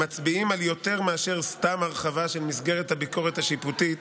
מצביעים על יותר מאשר סתם הרחבה של מסגרת הביקורת השיפוטית,